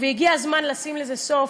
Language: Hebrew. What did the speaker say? והגיע הזמן לשים לזה סוף.